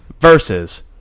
versus